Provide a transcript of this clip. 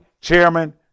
chairman